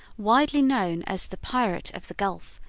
widely known as the pirate of the gulf,